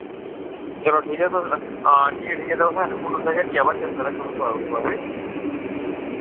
चलो ठीक ऐ तुस हां ठीक ऐ ठीक ऐ तुसैं हुन तुसैं चेत्ता रक्खेओ तुस तोआरी ओड़ेओ वा खरी